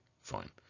fine